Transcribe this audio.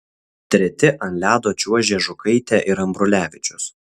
treti ant ledo čiuožė žukaitė ir ambrulevičius